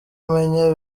umenya